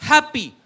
Happy